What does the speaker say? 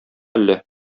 әллә